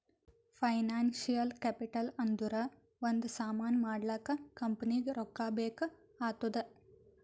financial capital ಅಂದುರ್ ಒಂದ್ ಸಾಮಾನ್ ಮಾಡ್ಲಾಕ ಕಂಪನಿಗ್ ರೊಕ್ಕಾ ಬೇಕ್ ಆತ್ತುದ್